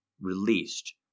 released